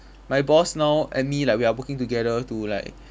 my boss now and me like we are working together to like